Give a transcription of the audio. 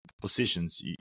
positions